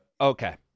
Okay